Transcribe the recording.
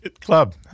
Club